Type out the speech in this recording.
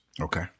Okay